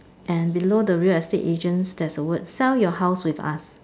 and below the real estate agents there's a word sell your house with us